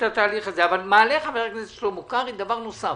אבל מעלה חבר הכנסת שלמה קרעי דבר נוסף.